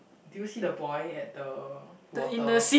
do you see the boy at the water